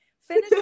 finish